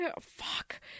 Fuck